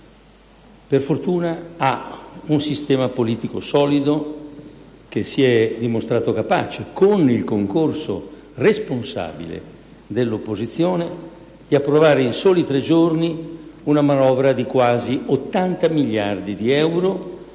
per fortuna ha un sistema politico solido, che si è dimostrato capace, con il concorso responsabile dell'opposizione, di approvare in soli tre giorni una manovra di quasi 80 miliardi di euro,